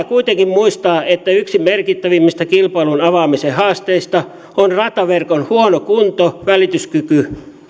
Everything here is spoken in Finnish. kuitenkin muistaa että yksi merkittävimmistä kilpailun avaamisen haasteista on rataverkon huono kunto välityskyky